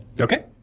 Okay